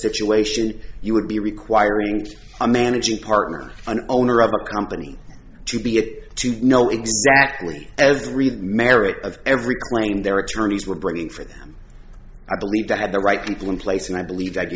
situation you would be requiring a managing partner an owner of a company to be get to know exactly as read merits of every claim their attorneys were bringing for them i believe that had the right people in place and i believe